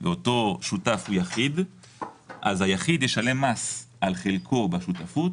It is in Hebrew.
ואותו שותף הוא יחיד אז היחיד ישלם מס שולי על חלקו בשותפות,